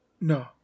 No